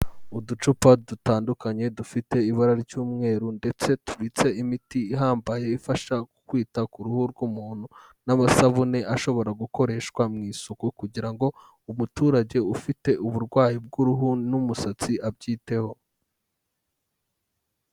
Uducupa dutandukanye dufite ibara ry'umweru ndetse tubitse imiti ihambaye, ifasha mu kwita ku ruhu rw'umuntu n'amasabune ashobora gukoreshwa mu isuku, kugira ngo umuturage ufite uburwayi bw'uruhu n'umusatsi abyiteho.